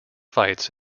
fights